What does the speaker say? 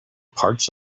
parts